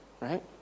Right